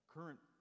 Current